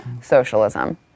socialism